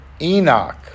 Enoch